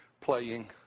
playing